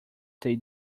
they